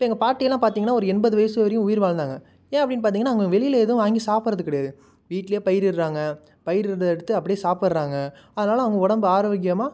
இப்போ எங்கள் பாட்டியெல்லாம் பார்த்திங்கன்னா ஒரு எண்பது வயசு வரையும் உயிர் வாழ்ந்தாங்க ஏன் அப்படின்னு பார்த்திங்கன்னா அவங்க வெளியில் எதுவும் வாங்கி சாப்பிட்றது கிடையாது வீட்லேயே பயிரிடுறாங்க பயிரிடுறதை எடுத்து அப்படியே சாப்பிட்றாங்க அதனால் அவங்க உடம்பு ஆரோக்கியமாக